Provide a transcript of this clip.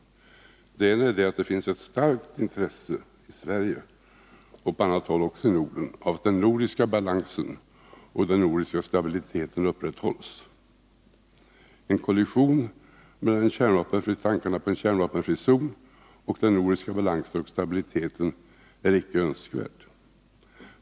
Den ena är att det finns ett intresse i Sverige — och även på annat håll i Norden — av att den nordiska balansen och den nordiska stabiliteten upprätthålls. En kollision mellan tankarna på en kärnvapenfri zon och den nordiska balansen och stabiliteten är icke önskvärd.